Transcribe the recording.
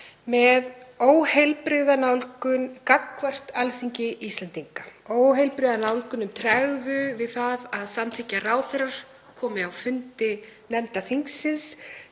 með óheilbrigða nálgun gagnvart Alþingi Íslendinga, óheilbrigða nálgun og tregðu við að samþykkja að ráðherrar komi á fundi nefnda þingsins,